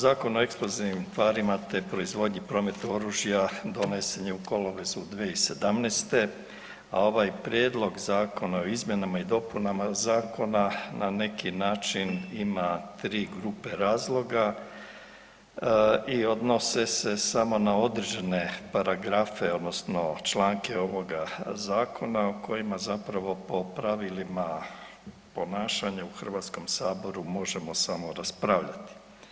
Zakon o eksplozivnim tvarima, te proizvodnji i prometu oružja donesen je u kolovozu 2017., a ovaj Prijedlog zakona o izmjenama i dopunama zakona na neki način ima 3 grupe razloga i odnosne se samo na određene paragrafe odnosno članke ovoga zakona kojima zapravo po pravilima ponašanja u HS možemo samo raspravljati.